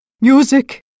Music